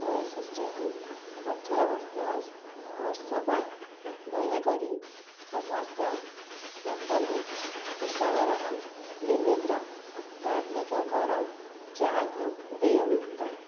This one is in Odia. ବୟସ ଶ୍ରେଣୀ ଅଠର ପ୍ଲସ୍ ବର୍ଷ ପାଇଁ ଦୟାକରି ସମସ୍ତ ସ୍ପୁଟନିକ୍ ଟିକାକରଣ କ୍ଲିନିକ୍ର ତାଲିକା କର ଯାହାକି ଦେୟମୁକ୍ତ